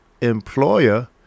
employer